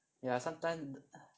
ya sometimes